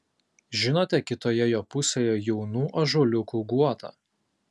žinote kitoje jo pusėje jaunų ąžuoliukų guotą